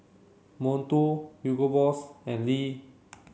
Monto Hugo Boss and Lee